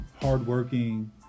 Hardworking